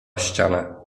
ściana